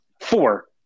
Four